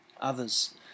others